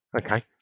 Okay